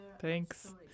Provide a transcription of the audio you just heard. Thanks